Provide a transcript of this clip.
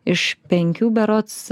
iš penkių berods